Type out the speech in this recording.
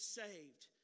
saved